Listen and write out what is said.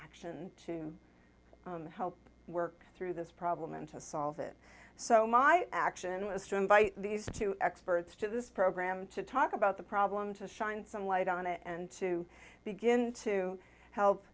action to help work through this problem and to solve it so my action was to invite these two experts to this program to talk about the problem to shine some light on it and to begin to help